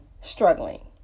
struggling